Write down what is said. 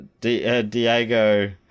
Diego